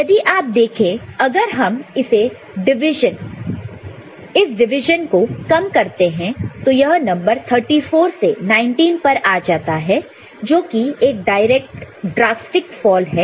यदि आप देखें अगर हम इस डिवीजन को कम करते हैं तो यह नंबर 34 से 19 पर आ जाता है जो कि एक ड्रैस्टिक फॉल है